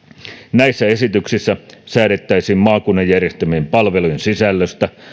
näissä esityksissä säädettäisiin maakunnan järjestämien palvelujen sisällöstä